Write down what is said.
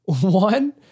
one